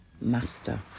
Master